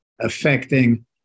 affecting